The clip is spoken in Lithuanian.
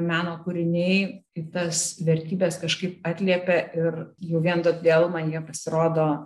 meno kūriniai į tas vertybes kažkaip atliepia ir jau vien todėl man jie pasirodo